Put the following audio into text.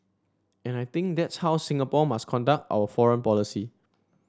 and I think that's how Singapore must conduct our foreign policy